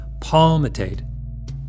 palmitate